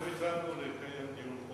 גם הצלחנו לקיים דיון,